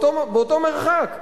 אותו מרחק,